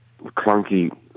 clunky